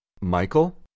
Michael